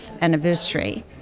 anniversary